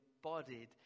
embodied